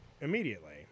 immediately